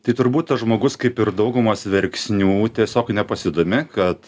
tai turbūt tas žmogus kaip ir daugumos verksnių tiesiog nepasidomi kad